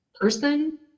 person